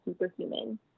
superhuman